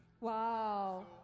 Wow